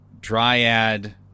dryad